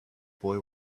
boy